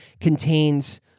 contains